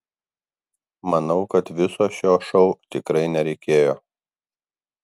manau kad viso šio šou tikrai nereikėjo